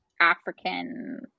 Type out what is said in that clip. African